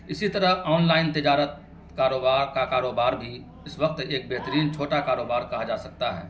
اسی طرح online تجارت کاروبار کا کاروبار بھی اس وقت ایک بہترین چھوٹا کاروبار کہا جا سکتا ہے